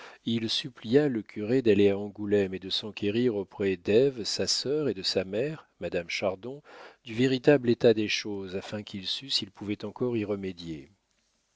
il supplia le curé d'aller à angoulême et de s'enquérir auprès d'ève sa sœur et de sa mère madame chardon du véritable état des choses afin qu'il sût s'il pouvait encore y remédier